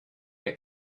der